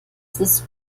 ist